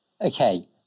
Okay